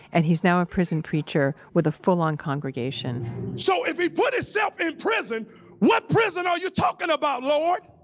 and he's now a prison preacher with a full-on congregation so, if he put his self in prison what prison are you talking about, lord?